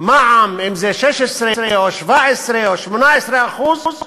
מלחמה בעוני ולמען שלאנשים יהיה פת